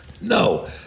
No